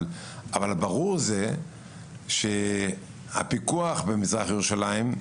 אבל ברור זה שהפיקוח במזרח ירושלים,